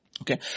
Okay